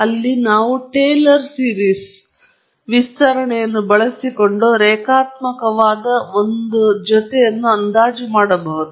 ಆದ್ದರಿಂದ Taylor series ವಿಸ್ತರಣೆಯನ್ನು ಬಳಸಿಕೊಂಡು ರೇಖಾತ್ಮಕವಾದ ಒಂದು ಜೊತೆ ನಾವು ಅಂದಾಜು ಮಾಡಬಹುದು